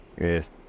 Yes